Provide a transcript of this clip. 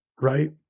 right